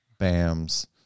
Bams